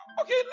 Okay